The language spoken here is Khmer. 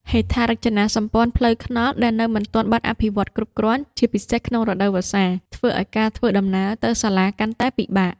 ហេដ្ឋារចនាសម្ព័ន្ធផ្លូវថ្នល់ដែលនៅមិនទាន់បានអភិវឌ្ឍគ្រប់គ្រាន់ ជាពិសេសក្នុងរដូវវស្សា ធ្វើឱ្យការធ្វើដំណើរទៅសាលាកាន់តែពិបាក។